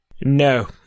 No